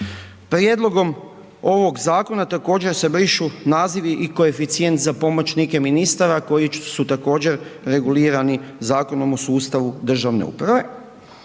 Prijedlogom ovog zakona također se brišu nazivi i koeficijent za pomoćnike ministara koji su također regulirani Zakonom o sustavu državne uprave,